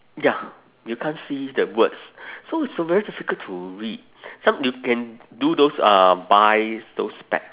ya you can't see the words so it's very difficult to read so you can do those uh buy those spec~